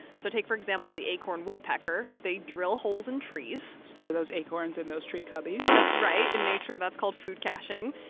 so take, for example, the acorn woodpecker. they drill holes in trees store those acorns in those tree cubbies that's right. in nature, that's called food caching.